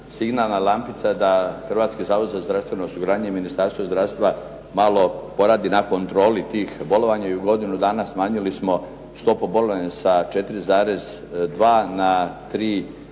signalna lampica da Hrvatski zavod za zdravstveno osiguranje i Ministarstvo zdravstva malo poradi na kontroli tih bolovanja i u godinu dana smanjili smo stopu bolovanja sa 4,2 na